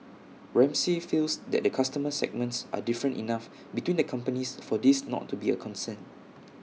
Ramsay feels that the customer segments are different enough between the companies for this not to be A concern